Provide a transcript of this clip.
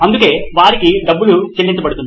అందుకే వారికి డబ్బు చెల్లించబడుతుంది